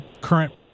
current